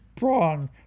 Wrong